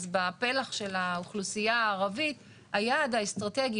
אז בפלח של האוכלוסייה הערבית היעד האסטרטגי